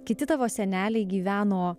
kiti tavo seneliai gyveno